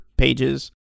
Pages